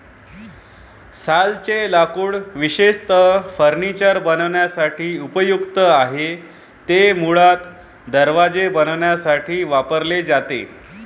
सालचे लाकूड विशेषतः फर्निचर बनवण्यासाठी उपयुक्त आहे, ते मुळात दरवाजे बनवण्यासाठी वापरले जाते